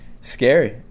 scary